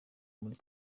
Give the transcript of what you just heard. muri